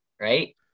right